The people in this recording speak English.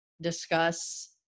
discuss